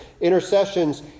intercessions